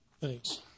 Thanks